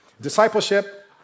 Discipleship